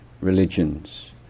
religions